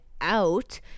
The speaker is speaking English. out